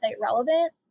relevant